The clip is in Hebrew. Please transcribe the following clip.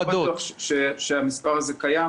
אבל אני לא בטוח שהמספר הזה קיים.